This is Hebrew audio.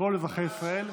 לכל אזרחי ישראל.